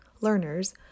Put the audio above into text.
learners